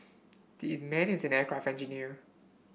man is an aircraft engineer